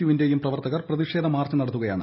U വിന്റെയും പ്രവർത്തകർ പ്രതിഷേധ മാർച്ച് നടത്തുകയാണ്